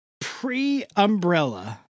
Pre-Umbrella